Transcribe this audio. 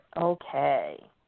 Okay